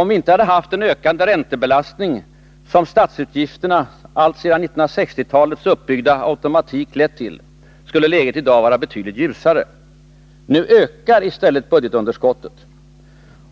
Om vi inte haft den ökade räntebelastning som statsutgifternas alltsedan 1960-talet uppbyggda automatik lett till, skulle läget i dag vara betydligt ljusare. Nu ökar i stället budgetunderskottet.